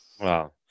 wow